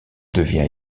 devient